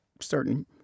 certain